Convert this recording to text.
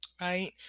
right